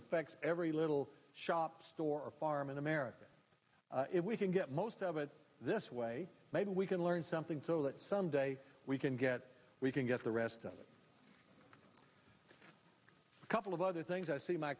affects every little shop store or farm in america if we can get most of it this way maybe we can learn something so that someday we can get we can get the rest a couple of other things i see my